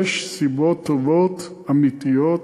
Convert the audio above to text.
יש סיבות טובות, אמיתיות,